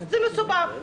זה מסובך.